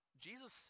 Jesus